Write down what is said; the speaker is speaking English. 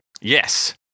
Yes